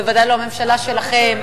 בוודאי לא הממשלה שלכם,